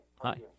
Hi